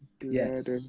yes